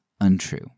untrue